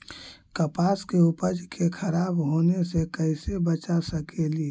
कपास के उपज के खराब होने से कैसे बचा सकेली?